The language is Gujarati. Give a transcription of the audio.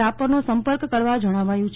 રાપરનો સંપર્ક કરવા જણાવાયું છે